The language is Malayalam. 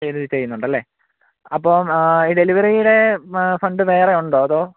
ഡെലിവറി ചെയ്യുന്നുണ്ടല്ലേ അപ്പം ഈ ഡെലിവറിയുടെ ഫണ്ട് വേറെയുണ്ടോ അതോ